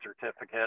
certificate